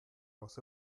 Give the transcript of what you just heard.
was